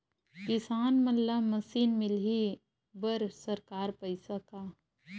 किसान मन ला मशीन मिलही बर सरकार पईसा का?